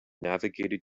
navigated